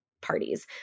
parties